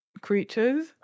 creatures